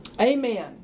Amen